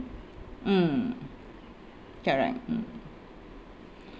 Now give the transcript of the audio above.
mm correct mm